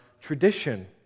tradition